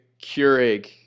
Keurig